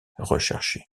recherché